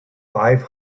five